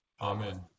Amen